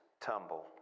tumble